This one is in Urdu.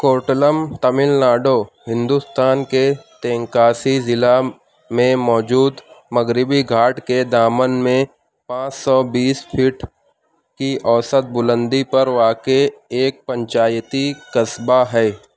کورٹلم تمل ناڈو ہندوستان کے تینکاسی ضلع میں موجود مغربی گھاٹ کے دامن میں پانچ سو بیس پھٹ کی اوسط بلندی پر واقع ایک پنچایتی قصبہ ہے